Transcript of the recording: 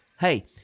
Hey